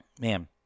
man